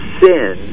sin